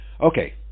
Okay